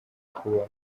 kubaho